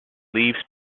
leaves